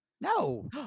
No